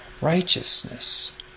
righteousness